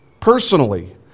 personally